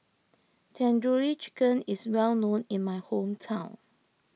Tandoori Chicken is well known in my hometown